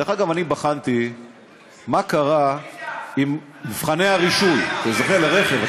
אגב, בחנתי מה קרה עם מבחני הרישוי לרכב.